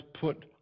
put